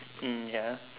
mm ya